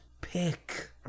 pick